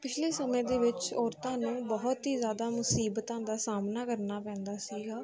ਪਿਛਲੇ ਸਮੇਂ ਦੇ ਵਿੱਚ ਔਰਤਾਂ ਨੂੰ ਬਹੁਤ ਹੀ ਜ਼ਿਆਦਾ ਮੁਸੀਬਤਾਂ ਦਾ ਸਾਹਮਣਾ ਕਰਨਾ ਪੈਂਦਾ ਸੀਗਾ